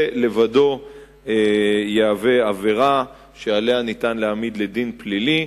זה לבדו יהווה עבירה שעליה יהיה אפשר להעמיד לדין פלילי.